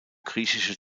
griechische